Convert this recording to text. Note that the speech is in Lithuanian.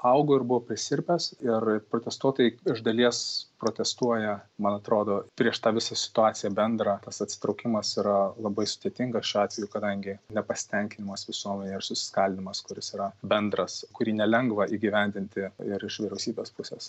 augo ir buvo prisirpęs ir protestuotojai iš dalies protestuoja man atrodo prieš tą visą situaciją bendrą tas atsitraukimas yra labai sudėtingas šiuo atveju kadangi nepasitenkinimas visuomenėje ir susiskaldymas kuris yra bendras kurį nelengva įgyvendinti ir iš vyriausybės pusės